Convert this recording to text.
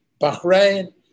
Bahrain